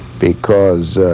because